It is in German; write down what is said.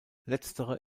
letztere